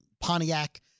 Pontiac